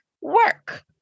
work